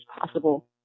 possible